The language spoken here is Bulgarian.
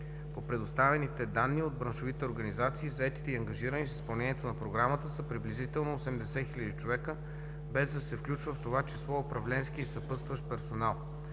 По предоставени данни от браншовите организации, заетите и ангажирани с изпълнението на програмата са приблизително 80 000 човека, без да се включва в това число управленският и съпътстващ персонал.